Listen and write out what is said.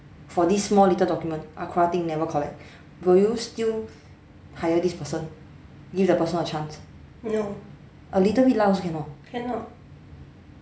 for this small little document ACRA thing never collect will you still hire this person give the person a chance know a little bit lie cannot cannot ah